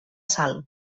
salt